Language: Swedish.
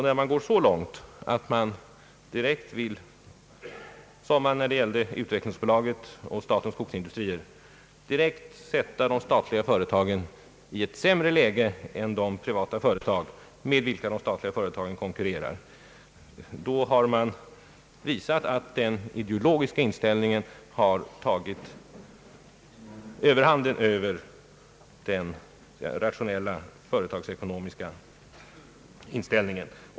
När man går så långt att man, som när det gällde utvecklingsbolaget och Statens skogsindustrier, direkt vill sätta de statliga företagen i ett sämre läge än de privata företag med vilka de statliga företagen skall konkurrera, då har man visat att den ideologiska inställningen har tagit överhanden över den rationella, företagsekonomiska.